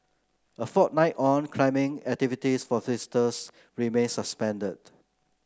a fortnight on climbing activities for visitors remain suspended